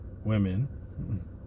women